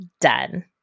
done